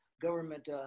government